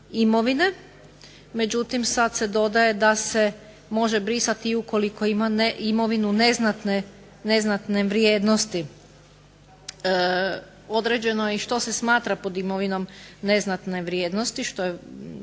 imovine. Međutim, sad se dodaje da se može brisati i ukoliko ima imovinu neznatne vrijednosti. Određeno je i što se smatra pod imovinom neznatne vrijednosti što